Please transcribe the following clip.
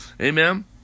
amen